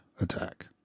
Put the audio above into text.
attack